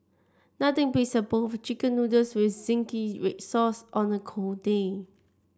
nothing beats a bowl of chicken noodles with zingy red sauce on a cold day